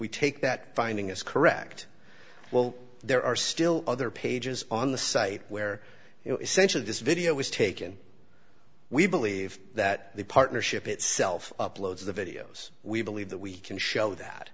we take that finding is correct well there are still other pages on the site where essentially this video was taken we believe that the partnership itself uploads the videos we believe that we can show that